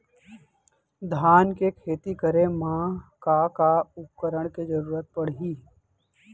धान के खेती करे मा का का उपकरण के जरूरत पड़हि?